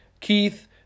Keith